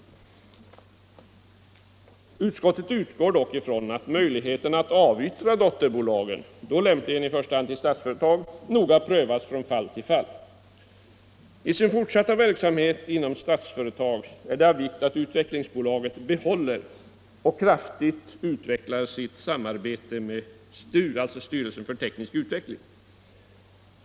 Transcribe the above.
Utskottet utgår dock från att möjligheten att avyttra dotterbolagen — då lämpligen i första hand till Statsföretag - noga prövas från fall till fall. Det är av vikt att Utvecklingsbolaget i sin fortsatta verksamhet inom Statsföretag behåller och kraftigt utvecklar sitt samarbete med STU, styrelsen för teknisk utveckling.